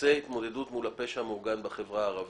נושא התמודדות מול הפשע המאורגן בחברה הערבית,